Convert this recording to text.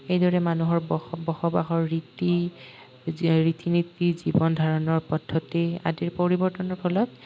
এইদৰে মানুহৰ বস বসবাসৰ ৰীতি ৰীতি নীতি জীৱন ধাৰণৰ পদ্ধতি আদিৰ পৰিৱৰ্তনৰ ফলত